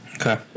Okay